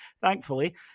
thankfully